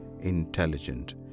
intelligent